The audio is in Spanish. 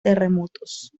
terremotos